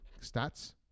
stats